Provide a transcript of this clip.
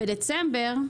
בדצמבר,